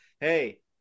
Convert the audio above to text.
hey